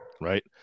Right